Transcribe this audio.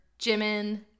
Jimin